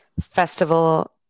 festival